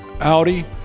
Audi